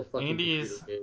Andy's